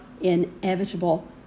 inevitable